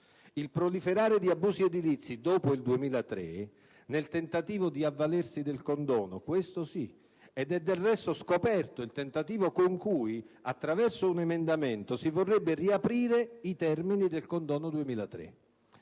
il proliferare di abusi edilizi dopo il 2003, nel tentativo di avvalersi del condono, questo sì. Ed è del resto scoperto il tentativo con cui, attraverso un emendamento, si vorrebbero riaprire i termini del condono 2003.